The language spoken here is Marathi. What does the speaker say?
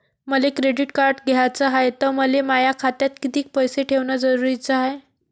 मले क्रेडिट कार्ड घ्याचं हाय, त मले माया खात्यात कितीक पैसे ठेवणं जरुरीच हाय?